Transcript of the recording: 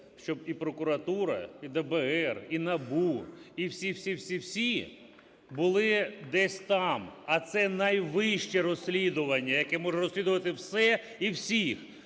щоб і прокуратура, і ДБР, і НАБУ, і всі, всі, всі, були десь там, а це найвище розслідування, яке може розслідувати все і всіх.